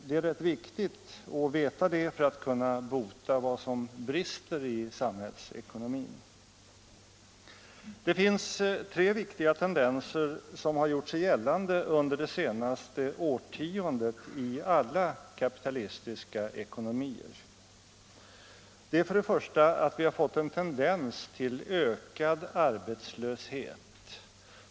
Det är rätt viktigt att veta det för att kunna bota vad som brister i samhällsekonomin. Det är tre viktiga tendenser som gjort sig gällande under det senaste årtiondet i alla kapitalistiska ekonomier. Det är för det första en tendens till ökad arbetslöshet.